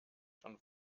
schon